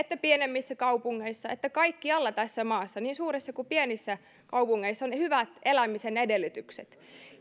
pienemmissä kaupungeissa kaikkialla tässä maassa niin suurissa kuin pienissä kaupungeissa on hyvät elämisen edellytykset